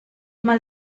mal